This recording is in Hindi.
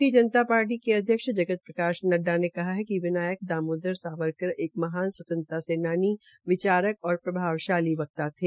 भारतीय जनता पार्टी के अध्यक्ष जगत प्रकाश नइडा ने कहा है कि विनायक दामोदर सावरकर एक महान स्वतंत्रता सेनानी विचारक और प्रभावशाली वक्ता थे